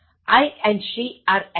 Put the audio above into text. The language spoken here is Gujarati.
I and she are enemies